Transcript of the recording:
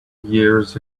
years